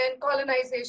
colonization